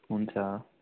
हुन्छ